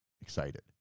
excited